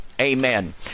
Amen